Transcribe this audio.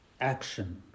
action